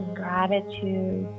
gratitude